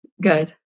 Good